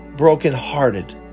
Brokenhearted